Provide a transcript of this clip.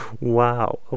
Wow